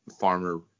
farmer